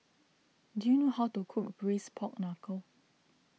do you know how to cook Braised Pork Knuckle